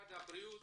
משרד הבריאות,